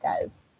guys